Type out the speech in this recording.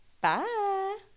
Bye